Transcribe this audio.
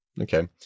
okay